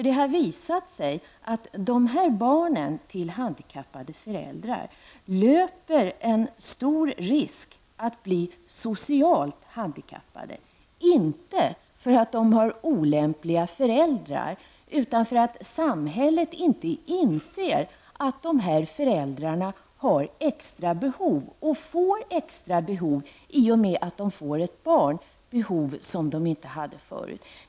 Det har visat sig att barnen till handikappade föräldrar löper en stor risk att bli socialt handikappade, inte för att de har olämpliga föräldrar utan för att samhället inte inser att de här föräldrarna har extra behov och får extra behov i och med att de får ett barn, behov som de inte hade förut.